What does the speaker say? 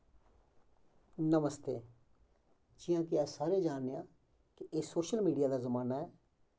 नमस्ते जियां कि अस सारे जानने आं कि एह् सोशल मीडिया दा जमान्ना ऐ